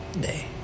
day